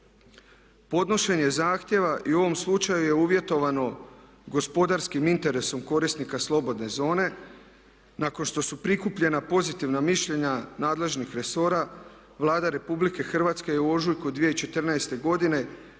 Podnošenje zahtjeva i u ovom slučaju je uvjetovano gospodarskim interesom korisnika slobodne zone. Nakon što su prikupljena pozitivna mišljenja nadležnih resora Vlada Republike Hrvatske je u ožujku 2014. godine